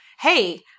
Hey